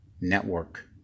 network